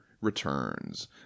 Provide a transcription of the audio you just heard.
returns